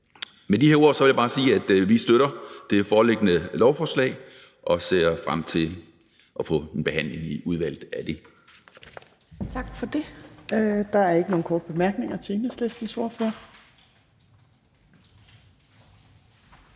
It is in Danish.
Med de her ord vil jeg bare sige, at vi støtter det foreliggende lovforslag og ser frem til at få en behandling af det i